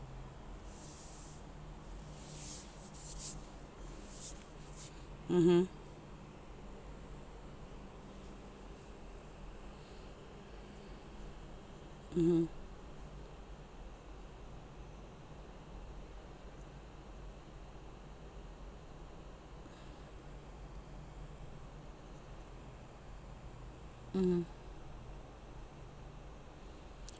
mmhmm mmhmm mmhmm